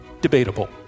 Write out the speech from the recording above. debatable